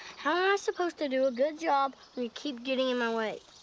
ah i supposed to do a good job when you keep getting in my way?